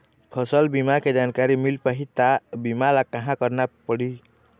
फसल बीमा के जानकारी मिल पाही ता बीमा ला कहां करना पढ़ी?